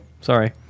sorry